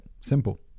Simple